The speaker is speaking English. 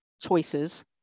choices